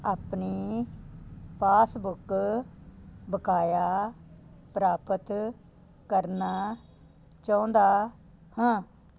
ਆਪਣੇ ਪਾਸਬੁੱਕ ਬਕਾਇਆ ਪ੍ਰਾਪਤ ਕਰਨਾ ਚਾਹੁੰਦਾ ਹਾਂ